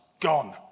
gone